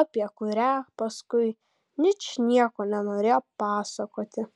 apie kurią paskui ničnieko nenorėjo pasakoti